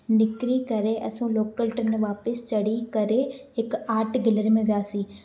निकरी करे असां लोकल ट्रेन में वापसि चढ़ी करे हिकु आर्ट गैलरी में वियासीं